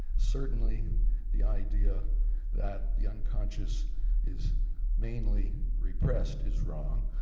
certainly the idea that the unconscious is mainly repressed is wrong.